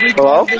Hello